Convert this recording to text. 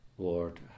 Lord